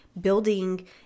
building